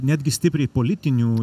netgi stipriai politinių